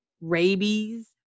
rabies